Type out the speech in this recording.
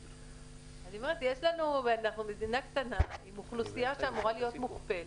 אני אומרת שאנחנו מדינה קטנה עם אוכלוסייה שאמורה להיות מוכפלת.